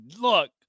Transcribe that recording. Look